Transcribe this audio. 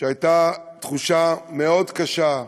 שהייתה תחושה מאוד קשה,